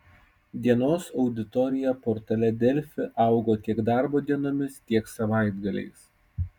dienos auditorija portale delfi augo tiek darbo dienomis tiek savaitgaliais